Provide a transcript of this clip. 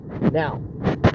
Now